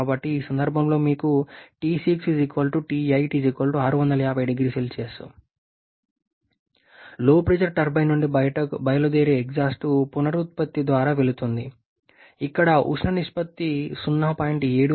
కాబట్టి ఈ సందర్భంలో మీకు ఉంది LP టర్బైన్ నుండి బయలుదేరే ఎగ్జాస్ట్ పునరుత్పత్తి ద్వారా వెళుతుంది ఇక్కడ ఉష్ణ నిష్పత్తి 0